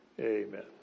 Amen